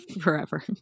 forever